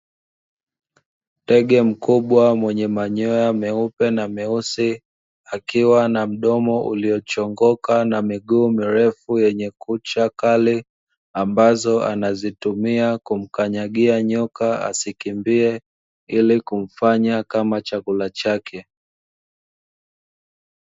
Ndege mkubwa mwenye manyoya meupe na meusi akiwa na mdomo uliochongoka na miguu mirefu yenye kucha kali ambazo anazitumia kumkanyagia nyoka asikimbie ili kumfanya kama chakula chake.